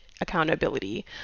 accountability